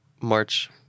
March